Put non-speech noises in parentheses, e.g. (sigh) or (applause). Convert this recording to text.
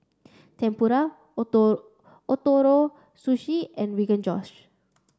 Tempura (unintelligible) Ootoro Sushi and Rogan Josh